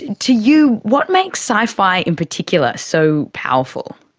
to you, what makes sci-fi in particular so powerful?